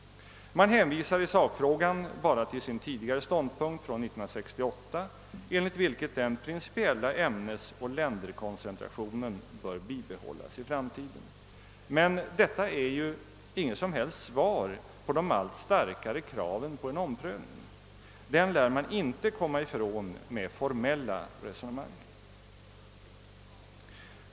Man hänvisar i sakfrågan bara till sin tidigare ståndpunkt från 1968, enligt vilken den principiella ämnesoch länderkoncentrationen bör bibehållas i framtiden. Men detta är ju inget som helst svar på de allt starkare kraven på en omprövning. Dem lär man inte komma ifrån med formella resonemang.